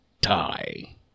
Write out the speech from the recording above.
die